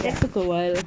ya